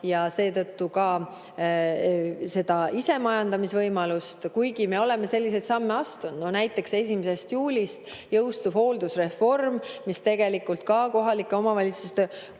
ja seetõttu ka isemajandamise võimalust, kuigi me oleme selliseid samme astunud. Näiteks, 1. juulist jõustuv hooldusreform, mis tegelikult ka kohalike omavalitsuste koormust